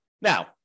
Now